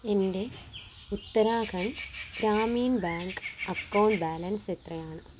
എൻ്റെ Uttarakhand Gramin bank account balance എത്രയാണ്